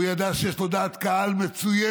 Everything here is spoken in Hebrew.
הוא ידע שיש עליו דעת קהל מצוינת,